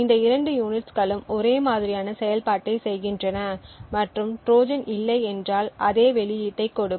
இந்த இரண்டு யூனிட்ஸ்களும் ஒரே மாதிரியான செயல்பாட்டைச் செய்கின்றன மற்றும் ட்ரோஜன் இல்லை என்றால் அதே வெளியீட்டைக் கொடுக்கும்